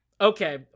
Okay